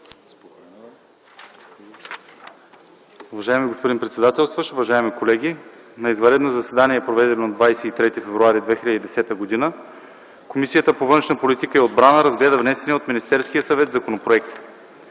Уважаеми господин председател, уважаеми колеги! На извънредно заседание, проведено на 23 февруари 2010 г., Комисията по външна политика и отбрана разгледа внесения от Министерския съвет законопроект.